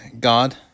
God